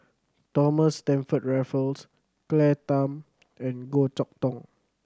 Thomas Stamford Raffles Claire Tham and Goh Chok Tong